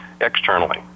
externally